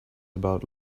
about